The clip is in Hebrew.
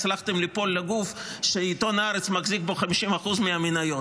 הצלחתם ליפול לגוף שעיתון הארץ מחזיק בו 50% מהמניות.